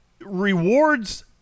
rewards